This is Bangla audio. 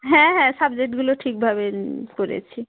হ্যাঁ হ্যাঁ সাবজেক্টগুলো ঠিকভাবে করেছি